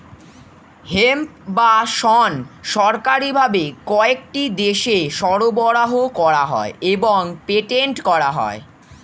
hemp বা শণ সরকারি ভাবে কয়েকটি দেশে সরবরাহ করা হয় এবং পেটেন্ট করা হয়